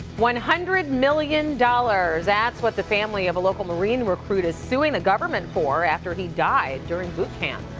one hundred million dollars, that's what the family of a local marine recruit is suing the government for after he died during boot camp.